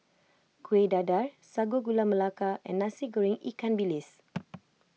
Kueh Dadar Sago Gula Melaka and Nasi Goreng Ikan Bilis